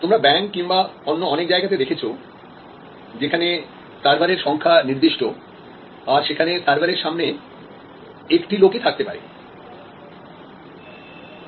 তোমরা ব্যাংক কিংবা অন্য অনেক জায়গাতে দেখেছো যেখানে সার্ভারের সংখ্যা নির্দিষ্ট আর সেখানে সার্ভারের সামনে একটি লোক ই থাকতে পারবে